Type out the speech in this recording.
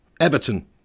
Everton